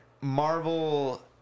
Marvel